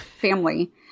family